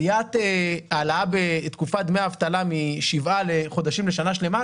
העלאה בתקופת דמי אבטלה משבעה חודשים לשנה שלמה,